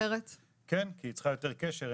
כי היא צריכה יותר קשר,